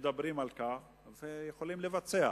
מדברים על כך ויכולים לבצע.